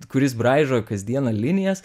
kuris braižo kasdieną linijas